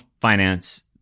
finance